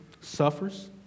suffers